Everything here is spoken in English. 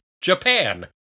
Japan